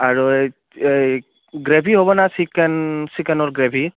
আৰু গ্ৰেভি হ'ব না চিকেন চিকেনৰ গ্ৰেভি